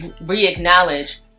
re-acknowledge